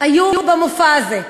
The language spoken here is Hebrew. איש היו במופע הזה.